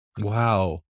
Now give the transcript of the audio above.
Wow